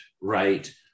right